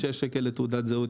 6 שקלים לתעודת זהות.